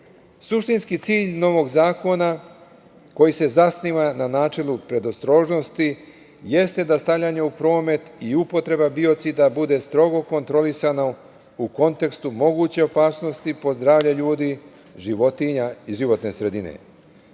koristi. Suštinski cilj novog zakona koji se zasniva na načinu predostrožnosti jeste da stavljanje u promet i upotreba biocida bude strogo kontrolisana u kontekstu moguće opasnosti po zdravlje ljudi, životinja i životne sredine.